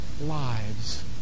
lives